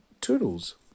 toodles